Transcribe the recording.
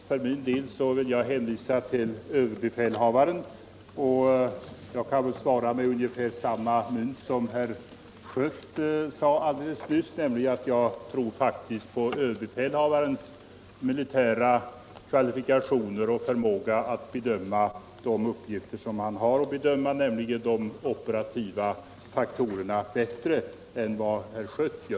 För min del vill jag hänvisa till överbefälhavaren, och jag kan väl svara med ungefär samma mynt som herr Schött och säga att jag faktiskt tror mer på överbefälhavarens militära kvalifikationer och förmåga att bedöma de uppgifter som han har att bedöma, nämligen de operativa faktorerna, än på herr Schötts.